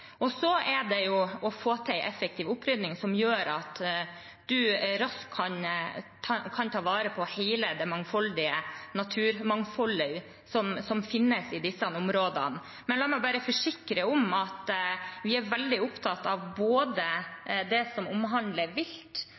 og så må man få til en effektiv opprydning som gjør at en raskt kan ta vare på det naturmangfoldet som finnes i disse områdene. Men la meg bare forsikre om at vi er veldig opptatt av både det som omhandler vilt,